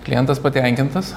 klientas patenkintas